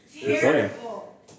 Terrible